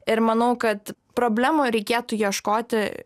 ir manau kad problemų reikėtų ieškoti